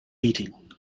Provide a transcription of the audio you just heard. beating